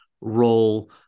role